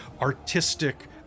artistic